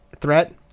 Threat